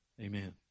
Amen